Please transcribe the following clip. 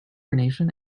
hibernation